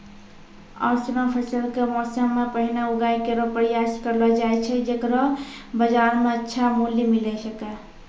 ऑसनो फसल क मौसम सें पहिने उगाय केरो प्रयास करलो जाय छै जेकरो बाजार म अच्छा मूल्य मिले सके